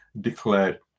declared